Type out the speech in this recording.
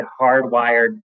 hardwired